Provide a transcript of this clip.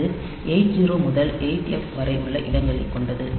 அது 80 முதல் 8F வரை உள்ள இடங்களைக் கொண்டது